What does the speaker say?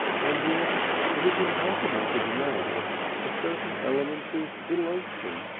and yet it is impossible to deny a certain element of elation.